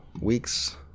weeks